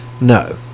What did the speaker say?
No